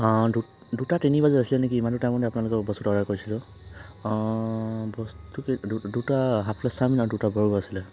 অ' দু দুটা তিনি বাজি আছিল নেকি ইমানটো টাইমতে আপোনালোকৰ বস্তু অৰ্ডাৰ কৰিছিলো বস্তু কেই দুটা হাফ প্লাছ চাওমিন আৰু দুটা বাৰ্গাৰ আছিলে